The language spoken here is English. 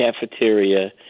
Cafeteria